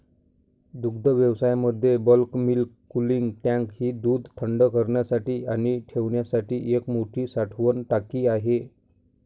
दुग्धव्यवसायामध्ये bulk milk cooling tank ही दूध थंड करण्यासाठी आणि ठेवण्यासाठी एक मोठी साठवण टाकी आहे